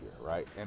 right